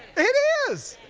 it is.